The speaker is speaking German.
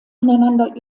ineinander